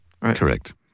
correct